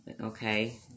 Okay